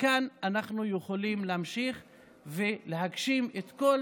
מכאן אנחנו יכולים להמשיך להגשים את כל